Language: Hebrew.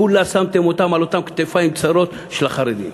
את כולן שמתם על אותן כתפיים צרות של החרדים.